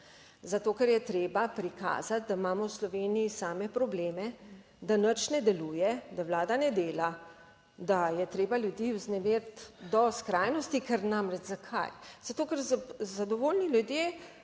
Zato, ker je treba prikazati, da imamo v Sloveniji same probleme, da nič ne deluje, da vlada ne dela, da je treba ljudi vznemiriti do skrajnosti. Ker namreč zakaj? Zato, ker so zadovoljni ljudje